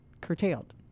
curtailed